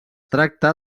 tracta